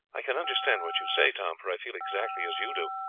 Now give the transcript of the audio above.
i can understand what you say, tom, for i feel exactly as you do.